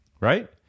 Right